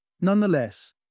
Nonetheless